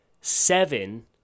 seven